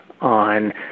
on